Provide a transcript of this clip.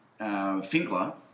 Finkler